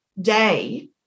day